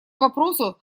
вопросу